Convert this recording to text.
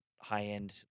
high-end